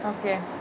okay